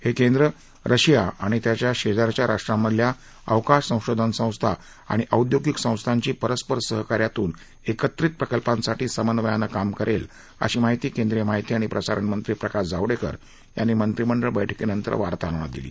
हे केंद्र रशिया आणि त्याच्या शेजारच्या राष्ट्रांमधल्या अवकाश संशोधन संस्था आणि औद्योगिक संस्थांशी परस्पर सहकार्यातून एकत्रित प्रकल्पांसाठी समन्वयानं काम करेल अशी माहिती केंद्रीय माहिती आणि प्रसारणमंत्री प्रकाश जावडेकर यांनी मंत्रिमंडळ बैठकीनंतर वार्ताहरांना दिली